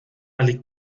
liegt